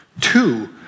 Two